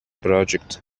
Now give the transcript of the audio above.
project